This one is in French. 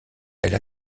elle